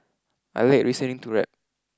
I like listening to rap